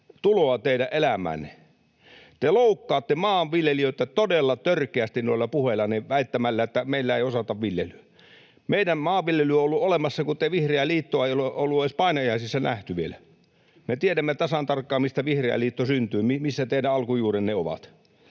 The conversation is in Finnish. tuloa teidän elämäänne? Te loukkaatte maanviljelijöitä todella törkeästi noilla puheillanne väittämällä, että meillä ei osata viljelyä. Meidän maanviljely on ollut olemassa, kun Vihreää liittoa ei ole edes painajaisissa nähty vielä. Me tiedämme tasan tarkkaan, mistä Vihreä liitto syntyi, missä teidän alkujuurenne ovat.